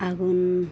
आघोन